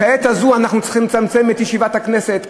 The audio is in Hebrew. כעת הזאת אנחנו צריכים לצמצם את ישיבת הכנסת,